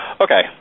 Okay